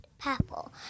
purple